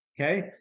Okay